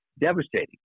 devastating